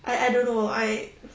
I I don't know I